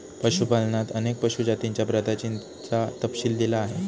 पशुपालनात अनेक पशु जातींच्या प्रजातींचा तपशील दिला आहे